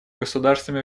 государствами